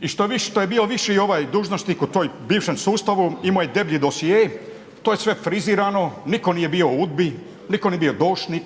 I što je bio viši dužnosnik u tom bivšem sustavu imao je deblji dosje. To je sve frizirano. Nitko nije bio u UDBA-i, nitko nije bio doušnik,